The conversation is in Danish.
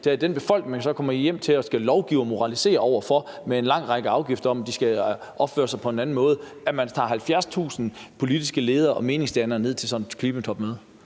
til den befolkning, man så kommer hjem til og skal lovgive og moralisere over for med en lang række afgifter om, at de skal opføre sig på en anden måde, at man tager 70.000 politiske ledere og meningsdannere ned til sådan et klimatopmøde.